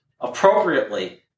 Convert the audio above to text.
appropriately